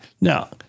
Now